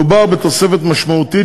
מדובר בתוספת משמעותית,